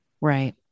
Right